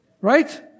Right